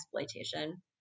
exploitation